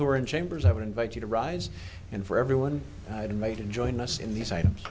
who are in chambers i would invite you to rise and for everyone and made him join us in these items